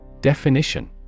Definition